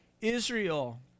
Israel